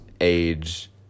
age